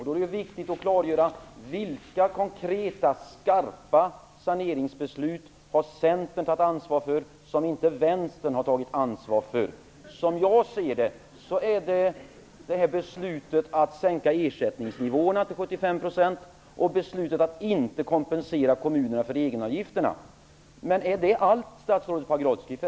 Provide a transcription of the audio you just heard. Då är det viktigt att klargöra vilka konkreta, skarpa saneringsbeslut som Centern har tagit ansvar för som Vänstern inte har tagit ansvar för. Som jag ser det är det beslutet att sänka ersättningsnivåerna till 75 % och beslutet att inte kompensera kommunerna för egenavgifterna. Men är det allt, statsrådet Pagrotsky?